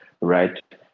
right